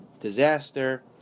disaster